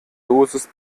dosis